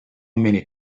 many